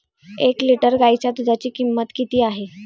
एक लिटर गाईच्या दुधाची किंमत किती आहे?